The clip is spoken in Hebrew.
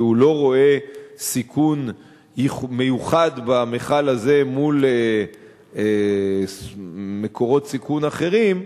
כי הוא לא רואה סיכון מיוחד במכל הזה מול מקורות סיכון אחרים,